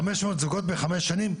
חמש מאות זוגות בחמש שנים,